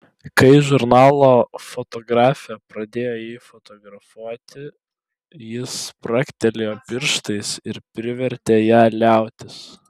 kai žurnalo fotografė pradėjo jį fotografuoti jis spragtelėjo pirštais ir privertė ją liautis